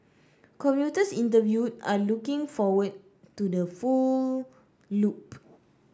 commuters interviewed are looking forward to the full loop